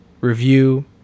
review